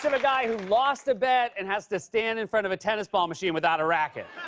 um a guy who lost a bet and has to stand in front of a tennis-ball machine without a racket.